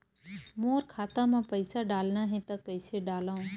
मोर खाता म पईसा डालना हे त कइसे डालव?